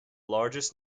largest